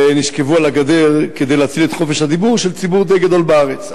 ונשכבו על הגדר כדי להציל את חופש הדיבור של ציבור די גדול בארץ.